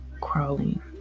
crawling